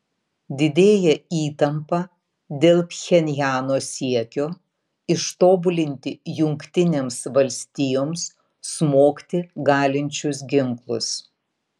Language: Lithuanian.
didėja įtampa dėl pchenjano siekio ištobulinti jungtinėms valstijoms smogti galinčius ginklus